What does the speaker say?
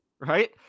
Right